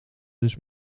dus